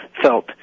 felt